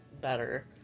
better